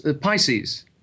Pisces